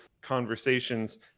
conversations